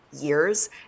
years